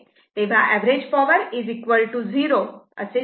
तेव्हा average power 0 असे दिलेले आहे